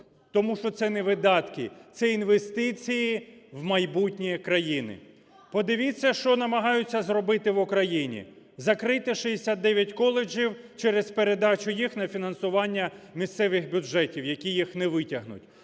тому що це не видатки - це інвестиції в майбутнє країни. Подивіться, що намагаються зробити в Україні: закрити 69 коледжів через передачу їх на фінансування місцевих бюджетів, які їх не витягнуть.